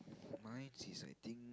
my sees I think